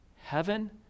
Heaven